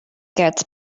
gets